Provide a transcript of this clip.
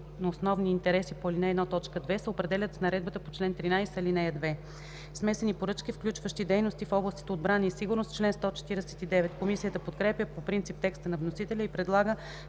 на основни интереси по ал. 1, т. 2 се определят с наредбата по чл. 13, ал. 2.” „Чл. 149 – Смесени поръчки, включващи дейности в областите отбрана и сигурност”. Комисията подкрепя по принцип текста на вносителя и предлага